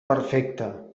perfecta